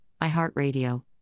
iHeartRadio